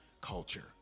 culture